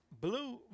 blue